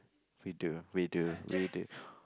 we do we do we did